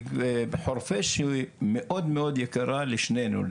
וחורפיש שמאוד יקרה לשנינו,